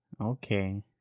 Okay